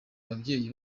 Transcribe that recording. ababyeyi